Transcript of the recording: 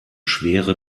schwere